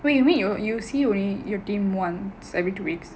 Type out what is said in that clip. wait you mean you you see your team once every two weeks